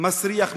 מסריח מהראש.